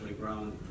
grown